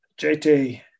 JT